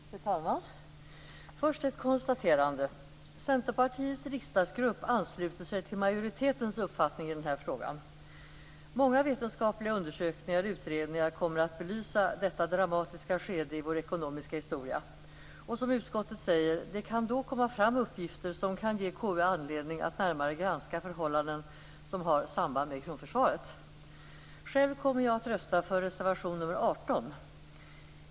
Fru talman! Jag skall först göra ett konstaterande. Centerpartiets riksdagsgrupp ansluter sig till majoritetens uppfattning i den här frågan. Många vetenskapliga undersökningar och utredningar kommer att belysa detta dramatiska skede i vår ekonomiska historia. Som utskottet säger kan det då komma fram uppgifter som kan ge KU anledning att närmare granska förhållanden som har samband med kronförsvaret. Själv kommer jag att rösta för godkännande av anmälan i reservation 18.